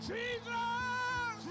Jesus